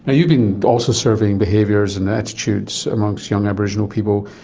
ah you've been also surveying behaviours and attitudes amongst young aboriginal people.